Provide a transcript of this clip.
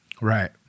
right